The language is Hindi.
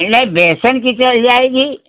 नहीं बेसन की चल जाएगी